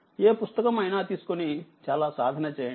ఏ పుస్తకం అయినా తీసుకొనిచాలాసాధన చేయండి